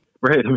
Right